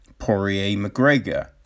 Poirier-McGregor